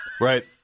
right